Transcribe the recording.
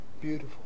beautiful